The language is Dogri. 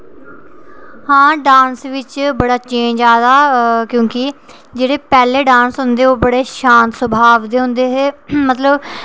हां डांस बिच बड़ा चेंज आ'दा क्यूंकि जेह्ड़े पैह्ले डांस होंदे ओह् बड़े शांत स्वभाव दे होंदे हे मतलब